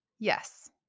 Yes